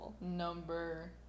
number